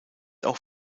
auch